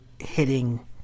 hitting